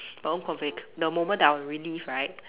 my own convoc~ the moment that I will relive right